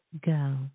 go